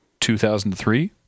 2003